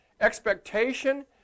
expectation